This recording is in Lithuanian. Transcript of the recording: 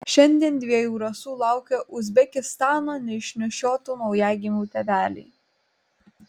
šiandien dviejų rasų laukia uzbekistano neišnešiotų naujagimių tėveliai